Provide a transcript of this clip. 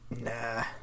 Nah